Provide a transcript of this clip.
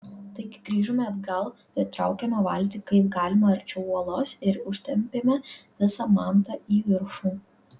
taigi grįžome atgal pritraukėme valtį kaip galima arčiau uolos ir užtempėme visą mantą į viršų